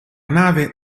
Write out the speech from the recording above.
nave